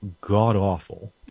god-awful